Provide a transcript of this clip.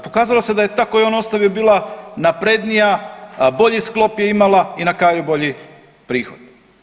Pokazalo se da je ta koju je on ostavio bila naprednija, bolji sklop je imala i na kraju bolji prihod.